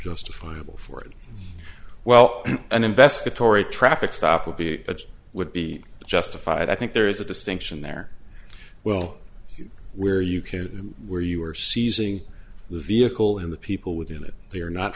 justifiable for it well an investigatory traffic stop would be it would be justified i think there is a distinction there well where you can where you are seizing the vehicle in the people within it they are not